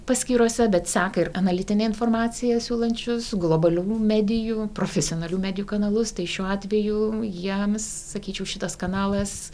paskyrose bet seka ir analitinę informaciją siūlančius globalių medijų profesionalių medijų kanalus tai šiuo atveju jiems sakyčiau šitas kanalas